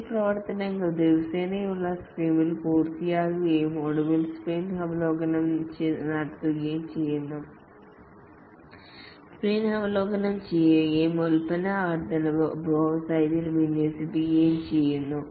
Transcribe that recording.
ഈ പ്രവർത്തനങ്ങൾ ദിവസേനയുള്ള സ്ക്രമ്മിൽ പൂർത്തിയാകുകയും ഒടുവിൽ സ്പ്രിന്റ് അവലോകനം നടത്തുകയും ചെയ്യുന്നു സ്പ്രിന്റ് അവലോകനം ചെയ്യുകയും ഉൽപ്പന്ന വർദ്ധനവ് ഉപഭോക്തൃ സൈറ്റിൽ വിന്യസിക്കുകയും ചെയ്യുന്നു